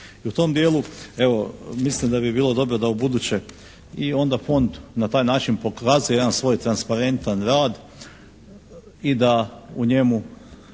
I u tom dijelu evo mislim da bi bilo dobro da ubuduće i onda Fond na taj način pokazuje jedan svoj transparentan rad i da u njemu